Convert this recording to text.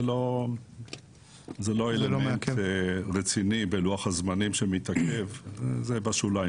זה לא אלמנט רציני בלוח הזמנים שמתעכב; זה בשוליים,